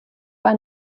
bei